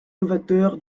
novateur